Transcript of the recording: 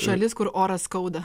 šalis kur oras skauda